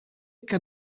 que